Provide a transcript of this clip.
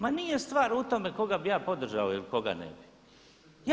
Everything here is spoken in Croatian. Ma nije stvar u tome koga bih ja podržao ili koga ne bi.